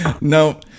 No